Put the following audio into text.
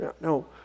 No